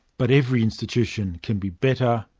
but every institution can be better,